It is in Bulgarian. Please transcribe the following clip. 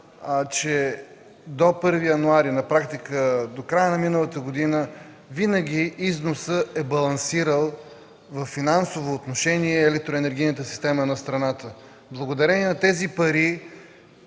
че до 1 януари, на практика до края на миналата година винаги износът е балансирал във финансово отношение електроенергийната система на страната. Благодарение на тези пари